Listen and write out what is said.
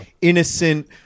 Innocent